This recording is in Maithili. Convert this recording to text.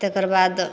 तकर बाद